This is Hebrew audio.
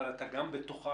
אבל אתה גם בתוכה,